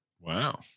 Wow